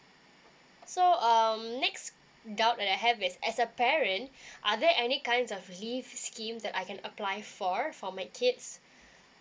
so um next doubt that I have as a parent are there any kinds of leave scheme that I can apply for for my kids